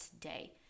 today